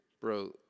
bro